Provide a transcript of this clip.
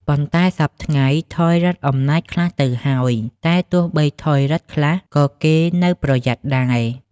ប៉ុន្តែសព្វថ្ងៃ ថយឫទ្ធិអំណាចខ្លះទៅហើយ, តែទោះបីថយឫទ្ធិខ្លះ ក៏គេនៅប្រយ័ត្នដែរ ។